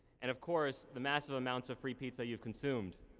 and, of course, the massive amounts of free pizza you've consumed.